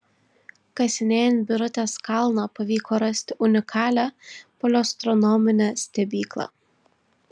kasinėjant birutės kalną pavyko rasti unikalią paleoastronominę stebyklą